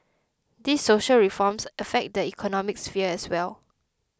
these social reforms affect the economic sphere as well